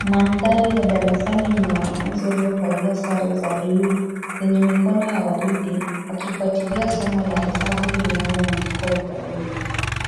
Maandhari ya darasani yenye wanafunzi waliovalia sare za blue ,zenye mikono ya waridi, wakifuatilia somo la hesabu linaloandikwa ubaoni.